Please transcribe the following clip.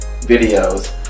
videos